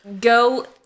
go